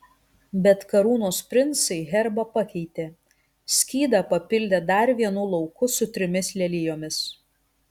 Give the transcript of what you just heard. bet karūnos princai herbą pakeitė skydą papildė dar vienu lauku su trimis lelijomis